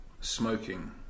Smoking